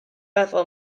feddwl